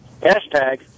Hashtag